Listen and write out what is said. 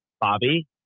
bobby